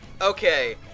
Okay